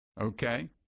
Okay